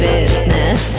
Business